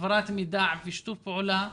העברת מידע ושיתוף פעולה,